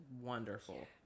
wonderful